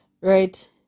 right